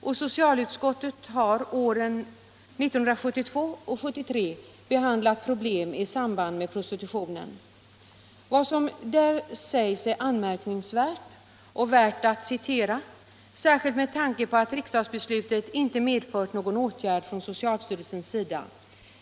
och socialutskottet har åren 1972 och 1973 behandlat problem i samband med prostitutionen. Vad som då sades är anmärkningsvärt och värt att citera, särskilt med tanke på att riksdagsbeslutet inte medfört någon åtgärd från socialstyrelsens sida.